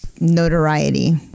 notoriety